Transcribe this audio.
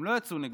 הם לא יצאו נגדו.